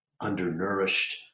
undernourished